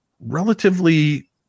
relatively